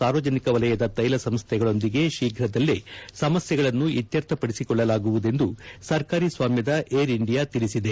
ಸಾರ್ವಜನಿಕ ವಲಯದ ತೈಲ ಸಂಸ್ಥೆಗಳೊಂದಿಗೆ ಶೀಘ್ರದಲ್ಲೇ ಸಮಸ್ಥೆಗಳನ್ನು ಇತ್ತರ್ಥ ಪಡಿಸಿಕೊಳ್ಳಲಾಗುವುದೆಂದು ಸರ್ಕಾರೀ ಸ್ವಾಮ್ಯದ ಏರ್ ಇಂಡಿಯಾ ತಿಳಿಸಿದೆ